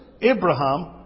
Abraham